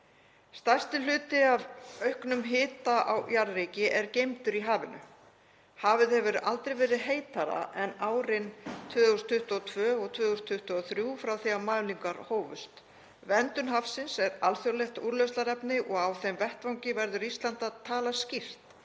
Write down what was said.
Stærsti hluti af auknum hita á jarðríki er geymdur í hafinu. Hafið hefur aldrei verið heitara en árin 2022 og 2023 frá því að mælingar hófust. Verndun hafsins er alþjóðlegt úrlausnarefni og á þeim vettvangi verður Ísland að tala skýrt